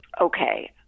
Okay